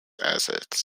assets